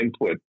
input